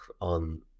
on